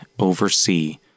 oversee